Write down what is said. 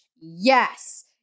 Yes